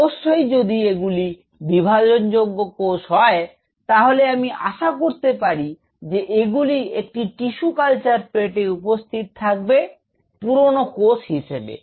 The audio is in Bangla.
অবশ্যই যদি এগুলি বিভাজনযোগ্য কোষ হয় তাহলে আমি আশা করতে পারি যে এগুলি একটি টিস্যু কালচার প্লেটে উপস্থিত থাকবে পুরনো কোষ হিসেবে